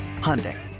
Hyundai